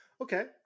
Okay